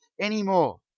anymore